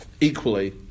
Equally